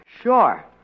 Sure